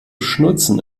schnulzen